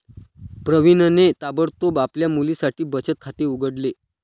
प्रवीणने ताबडतोब आपल्या मुलीसाठी बचत खाते उघडले